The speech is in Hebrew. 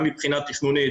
גם מבחינה תכנונית